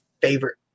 favorite